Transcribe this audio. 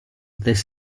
this